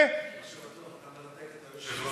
אתה מרתק את היושב-ראש.